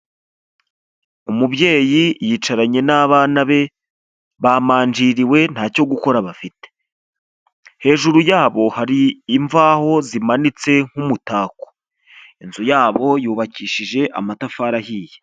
Umubyeyi yicaranye n'abana be bamanjiriwe ntacyo gukora bafite hejuru yabo hari imvaho zimanitse nk'umutako, inzu yabo yubakishije amatafari ahiye.